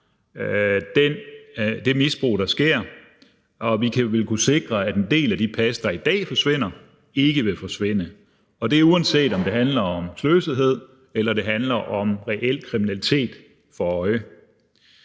det misbrug, der sker, og vi vil kunne sikre, at en del af de pas, der i dag forsvinder, ikke vil forsvinde. Det er, uanset om det handler om sløsethed eller det er med reel kriminalitet for øje.